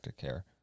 care